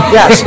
Yes